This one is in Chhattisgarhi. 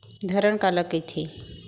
धरण काला कहिथे?